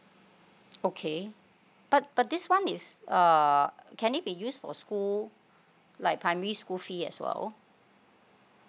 okay but but this one is uh can it be used for school like primary school fee as well